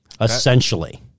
Essentially